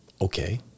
Okay